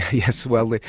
yes, well,